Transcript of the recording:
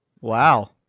Wow